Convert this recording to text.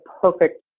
perfect